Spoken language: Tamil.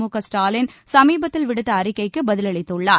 முகஸ்டாலின் சமீபத்தில் விடுத்த அறிக்கைக்கு பதிலளித்துள்ளார்